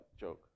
joke